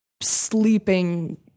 sleeping